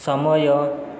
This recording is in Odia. ସମୟ